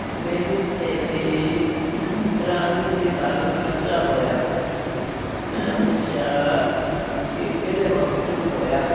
ਮੇਰੀ ਸਹੇਲੀ ਰਾਣੀ ਦੇ ਘਰ ਬੱਚਾ ਹੋਇਆ ਮੈਂ ਪੁੱਛਿਆ ਕਿ ਕਿਹੜੇ ਹੋਸਪੀਟਲ ਹੋਇਆ